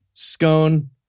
scone